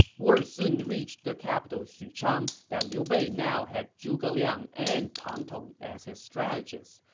word soon reached the capital xuchang that liu bei now has zhuge liang and pang tong as his strategists,